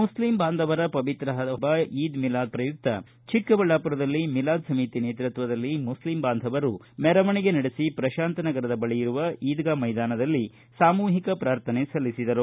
Muslim ಬಾಂಧವರ ಪವಿತ್ರ ಪಬ್ಬ ಈದ್ ಮಿಲಾದ್ ಪ್ರಯುಕ್ತ ಚಿಕ್ಕಬಳ್ಳಾಮರದಲ್ಲಿ ಮಿಲಾದ್ ಸಮಿತಿ ನೇತೃತ್ವದಲ್ಲಿ ಮುಸ್ಲಿಂ ಬಾಂಧವರು ಮೆರವಣಿಗೆ ನಡೆಸಿ ಪ್ರಶಾಂತನಗರದ ಬಳಿಯಿರುವ ಈದ್ಗಾ ಮೈದಾನದಲ್ಲಿ ಸಾಮೂಹಿಕ ಪ್ರಾರ್ಥನೆ ಸಲ್ಲಿಸಿದರು